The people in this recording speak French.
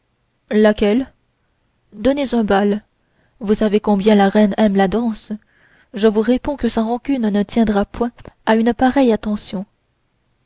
laquelle donnez un bal vous savez combien la reine aime la danse je vous réponds que sa rancune ne tiendra point à une pareille attention